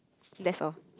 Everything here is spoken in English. lesser